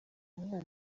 mwana